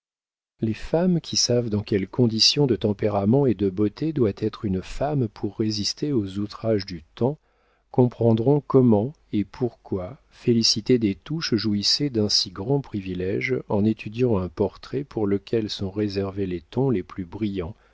les femmes qui savent dans quelles conditions de tempérament et de beauté doit être une femme pour résister aux outrages du temps comprendront comment et pourquoi félicité des touches jouissait d'un si grand privilége en étudiant un portrait pour lequel sont réservés les tons les plus brillants